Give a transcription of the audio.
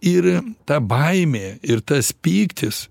ir ta baimė ir tas pyktis